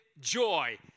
joy